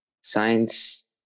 science